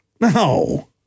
No